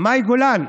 מאי גולן,